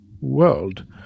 world